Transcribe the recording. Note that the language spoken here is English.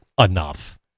enough